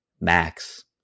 Max